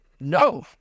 No